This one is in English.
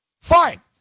fine